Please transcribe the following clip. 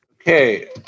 Okay